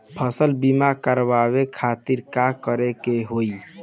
फसल बीमा करवाए खातिर का करे के होई?